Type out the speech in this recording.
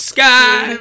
Sky